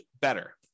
better